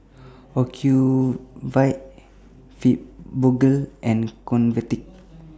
Ocuvite Fibogel and Convatec